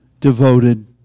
devoted